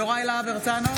יוראי להב הרצנו,